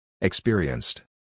Experienced